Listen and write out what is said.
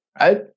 right